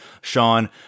Sean